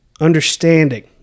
understanding